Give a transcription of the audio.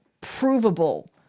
provable